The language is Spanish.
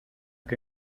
que